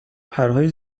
پرهای